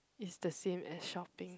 is the same as shopping